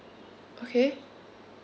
okay